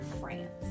France